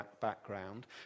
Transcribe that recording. background